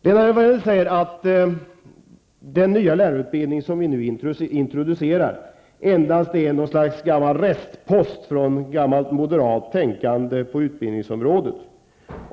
Lena Hjelm-Wallén säger att den nya lärarutbildning som vi nu introducerar endast är något slags restpost från gammalt moderat tänkande på utbildningsområdet.